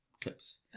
clips